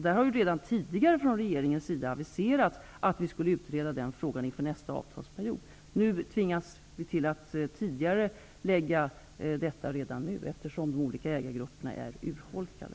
Där har vi redan tidigare från regeringens sida aviserat att vi skulle utreda frågan inför nästa avtalsperiod. Nu tvingas vi att tidigarelägga detta, eftersom de olika ägargrupperna är urholkade.